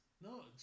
No